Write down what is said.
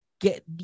get